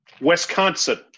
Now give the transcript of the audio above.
Wisconsin